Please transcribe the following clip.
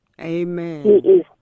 Amen